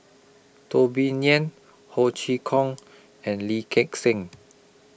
Teo Bee Yen Ho Chee Kong and Lee Gek Seng